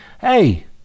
Hey